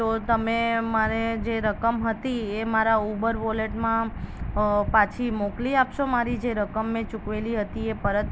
તો તમે મારે જે રકમ હતી એ મારા ઉબર વોલેટમાં પાછી મોકલી આપશો મારી જે રકમ મેં ચૂકવેલી હતી એ પરત